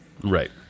Right